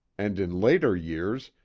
and in later years,